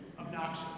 obnoxious